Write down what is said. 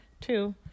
Two